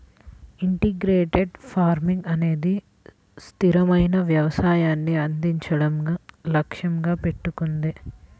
integrated farming అనేది స్థిరమైన వ్యవసాయాన్ని అందించడం లక్ష్యంగా పెట్టుకుంది